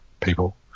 people